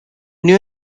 new